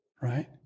right